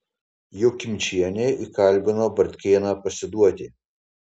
jokimčienė įkalbino bartkėną pasiduoti